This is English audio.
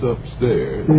Upstairs